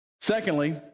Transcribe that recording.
Secondly